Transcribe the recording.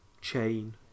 chain